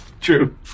True